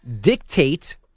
dictate